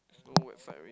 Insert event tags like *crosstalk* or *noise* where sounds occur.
no *noise* at sight already